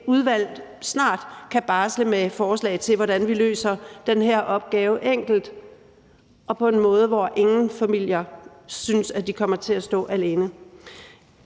udvalg snart kan barsle med forslag til, hvordan vi løser den her opgave enkelt og på en måde, hvor ingen familier synes de kommer til at stå alene.